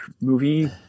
movie